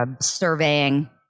surveying